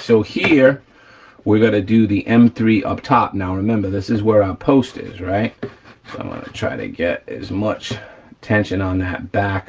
so here we gotta do the m three up top. now remember this is where our post is, right. i wanna try to get as much tension on that back